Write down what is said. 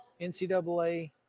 NCAA